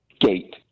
gate